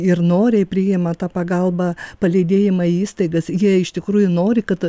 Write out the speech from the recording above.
ir noriai priima tą pagalbą palydėjimą į įstaigas jie iš tikrųjų nori kad